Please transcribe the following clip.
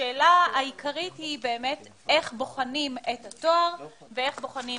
השאלה העיקרית היא איך בוחנים את התואר ואיך בוחנים